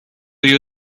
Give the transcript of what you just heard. you